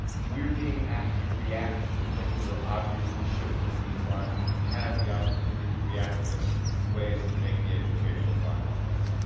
we're being asked to react to things that are obviously shifting in the environment and we have the opportunity to react to them in ways that make the educational environment better.